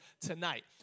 tonight